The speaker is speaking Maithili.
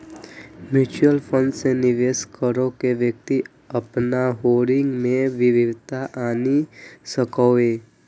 म्यूचुअल फंड मे निवेश कैर के व्यक्ति अपन होल्डिंग मे विविधता आनि सकैए